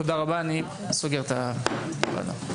תודה רבה, הישיבה נעולה.